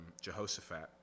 Jehoshaphat